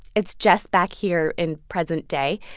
it's jess back here in present day.